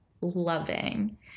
loving